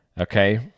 Okay